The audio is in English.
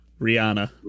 Rihanna